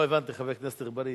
לא הבנתי, חבר הכנסת אגבאריה,